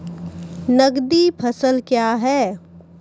नगदी फसल क्या हैं?